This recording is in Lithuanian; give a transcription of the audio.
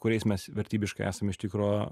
kuriais mes vertybiškai esam iš tikro